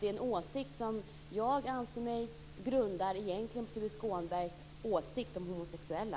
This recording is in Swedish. Det är en åsikt som jag anser egentligen grundas på Tuve Skånbergs åsikt om homosexuella.